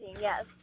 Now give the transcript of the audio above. yes